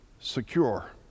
secure